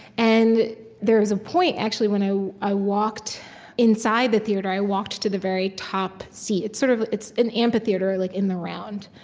and there was a point, actually, when i i walked inside the theater, i walked to the very top seat. it's sort of it's an amphitheater like in the round.